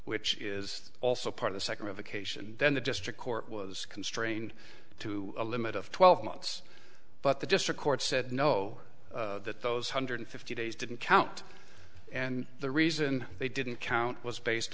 which is also part of the second revocation then the district court was constrained to a limit of twelve months but the district court said no that those hundred fifty days didn't count and the reason they didn't count was based